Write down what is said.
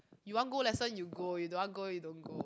you want go lesson you go you don't want go you don't go